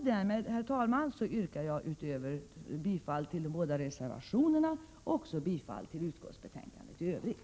Därmed, herr talman, yrkar jag bifall till de båda reservationerna och i Övrigt till utskottets hemställan.